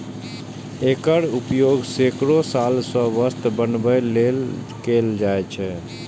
एकर उपयोग सैकड़ो साल सं वस्त्र बनबै लेल कैल जाए छै